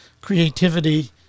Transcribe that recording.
creativity